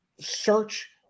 Search